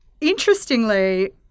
interestingly